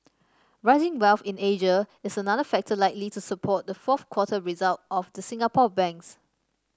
rising wealth in Asia is another factor likely to support the fourth quarter result of the Singapore banks